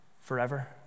forever